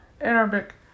Arabic